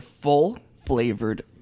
full-flavored